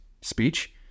speech